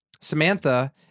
samantha